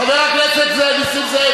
חברת הכנסת רגב,